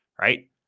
right